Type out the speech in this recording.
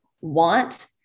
want